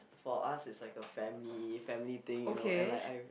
for us it's like a family family thing you know and like I